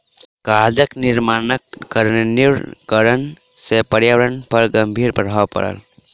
कागज निर्माणक कारणेँ निर्वनीकरण से पर्यावरण पर गंभीर प्रभाव पड़ल